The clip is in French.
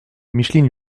micheline